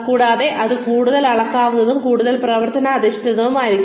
തുടർന്ന് അത് കൂടുതൽ അളക്കാവുന്നതും കൂടുതൽ പ്രവർത്തന അധിഷ്ഠിതവുമായിരിക്കും